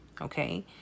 okay